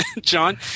John